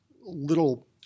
little